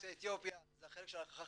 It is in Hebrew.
ביוצאי אתיופיה, החלק של ה- -- החיובית,